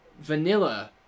vanilla